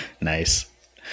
Nice